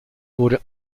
wurde